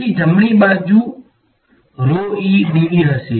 તેથી જમણી બાજુ હશે